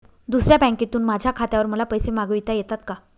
दुसऱ्या बँकेतून माझ्या खात्यावर मला पैसे मागविता येतात का?